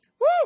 Woo